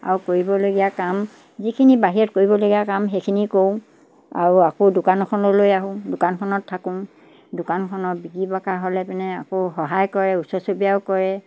আৰু কৰিবলগীয়া কাম যিখিনি বাহিৰত কৰিবলগীয়া কাম সেইখিনি কৰোঁ আৰু আকৌ দোকানখনলৈ আহোঁ দোকানখনত থাকোঁ দোকানখনত বিক্ৰী বকা হ'লে পিনে আকৌ সহায় কৰে ওচৰ চুবুৰীয়ায়ো কৰে